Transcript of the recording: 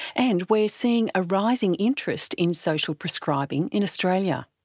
and we're seeing a rising interest in social prescribing in australia.